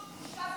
פשוט, בושה וחרפה,